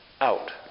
out